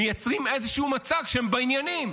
מייצרים איזשהו מצג שהם בעניינים.